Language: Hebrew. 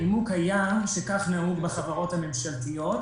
הנימוק היה שכך נהוג בחברות הממשלתיות.